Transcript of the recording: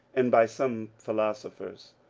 and by some philosophers.